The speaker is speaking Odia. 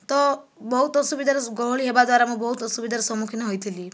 ତ ବହୁତ ଅସୁବିଧାରେ ଗହଳି ହେବା ଦ୍ୱାରା ମୁଁ ବହୁତ ଅସୁବିଧାର ସମ୍ମୁଖୀନ ହୋଇଥିଲି